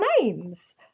names